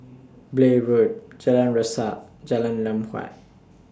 Blair Road Jalan Resak Jalan Lam Huat